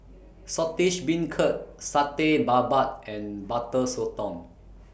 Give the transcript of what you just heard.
Saltish Beancurd Satay Babat and Butter Sotong